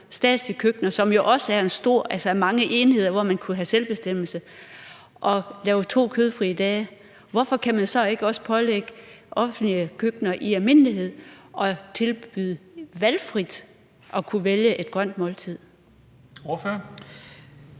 statslige køkkener, som jo også er mange enheder, hvor man kunne have selvbestemmelse, at lave to kødfrie dage, hvorfor kan man så ikke også pålægge offentlige køkkener i almindelighed at tilbyde valget af et grønt måltid?